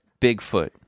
Bigfoot